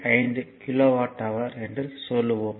5 kilowatt hour என்று சொல்லுவோம்